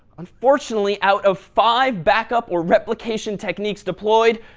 unfortunately, out of five backup or replication techniques deployed,